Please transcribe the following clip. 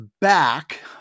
back